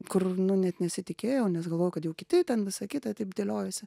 kur nu net nesitikėjau nes galvojau kad jau kiti ten visa kita taip dėliojosi